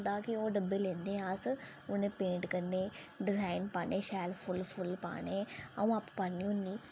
साढै घर केह् होंदा कि ओह् डब्बे लेन्ने आं अस उनें गी अस पेंट करने ते डिज़ाईन करने ते फ्ही शैल फुल्ल शुल्ल पान्ने ते आऊं आपूं पान्नी होन्नी